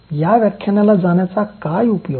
या व्याख्यानाला जाण्याचा काय उपयोग